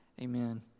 Amen